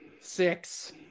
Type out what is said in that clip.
six